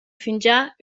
fingià